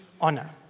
honor